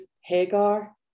Hagar